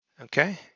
Okay